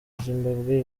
zimbabwe